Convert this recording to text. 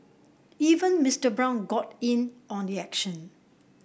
even Mister Brown got in on the action